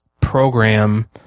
program